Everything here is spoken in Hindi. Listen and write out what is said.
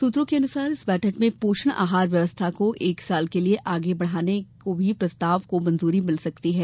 सूत्रों के अनुसार इस बैठक में पोषण आहार व्यवस्था को एक साल के लिए आगे बढ़ाने के प्रस्ताव को भी मंजूरी मिल सकती है